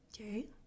okay